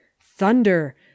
Thunder